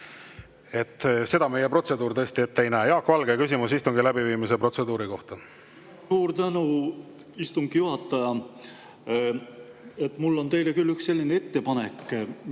Seda meie protseduur tõesti ette ei näe. Jaak Valge, küsimus istungi läbiviimise protseduuri kohta. Suur tänu, istungi juhataja! Mul on teile üks ettepanek,